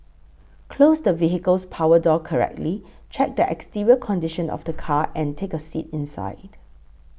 close the vehicle's power door correctly check the exterior condition of the car ans take a seat inside